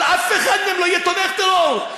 אבל אף אחד מהם לא יהיה תומך טרור.